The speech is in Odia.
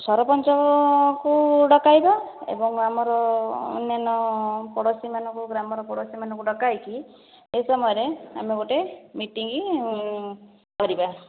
ସରପଞ୍ଚଙ୍କୁ ଡକାଇବା ଏବଂ ଆମର ଅନ୍ୟାନ୍ୟ ପଡ଼ୋଶୀ ମାନଙ୍କୁ ଗ୍ରାମର ପଡୋଶୀ ମାନଙ୍କୁ ଡକାଇକି ଏହି ସମୟରେ ଆମ ଗୋଟିଏ ମିଟିଙ୍ଗି କରିବା